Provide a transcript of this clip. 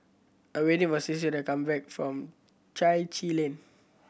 I waiting for Stacy to come back from Chai Chee Lane